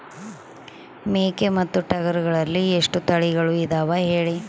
ಮೇಕೆ ಮತ್ತು ಟಗರುಗಳಲ್ಲಿ ಎಷ್ಟು ತಳಿಗಳು ಇದಾವ ಹೇಳಿ?